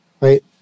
Right